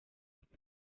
norte